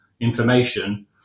information